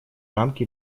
рамки